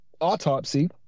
Autopsy